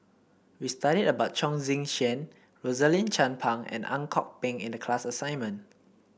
we studied about Chong Tze Chien Rosaline Chan Pang and Ang Kok Peng in the class assignment